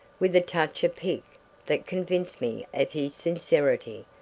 with a touch of pique that convinced me of his sincerity.